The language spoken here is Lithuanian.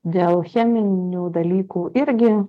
dėl cheminių dalykų irgi